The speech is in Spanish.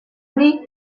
fury